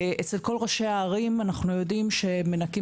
אצל כל ראשי הערים אנחנו יודעים שמנקים